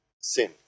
sin